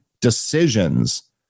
decisions